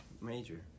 major